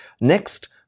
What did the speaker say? next